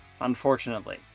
unfortunately